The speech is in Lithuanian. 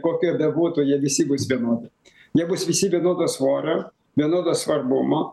kokie bebūtų jie visi bus vienodi nebus visi vienodo svorio vienodo svarbumo